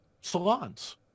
salons